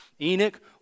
Enoch